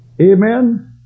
Amen